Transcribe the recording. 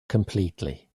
completely